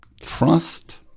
trust